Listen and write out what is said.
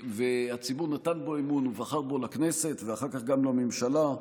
והציבור נתן בו אמון ובחר בו לכנסת ואחר כך גם לממשלה,